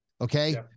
Okay